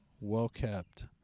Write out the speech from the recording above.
well-kept